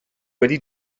wedi